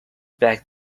back